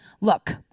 Look